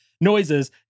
noises